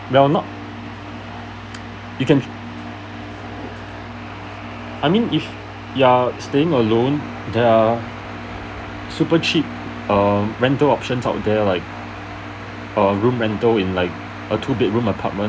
well not you can I mean if you are staying alone err super cheap err rental option out there like err room rental in like a two bed room apartment